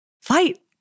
fight